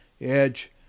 Edge